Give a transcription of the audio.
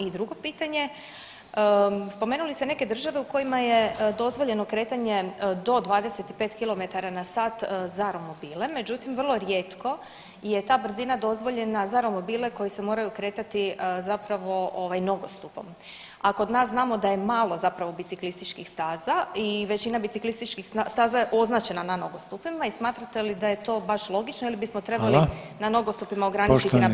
I drugo pitanje, spomenuli ste neke države u kojima je dozvoljeno kretanje do 25 km/h za romobile, međutim, vrlo rijetko je ta brzina dozvoljena za romobile koji se moraju kretati zapravo nogostupom, a kod nas znamo da je malo zapravo biciklističkih staza i većina biciklističkih staza je označena na nogostupima i smatrate li da je to baš logično ili [[Upadica: Hvala.]] bismo trebali nogostupima ograničiti na brzinu koraka.